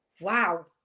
wow